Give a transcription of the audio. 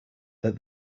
that